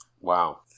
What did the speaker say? Wow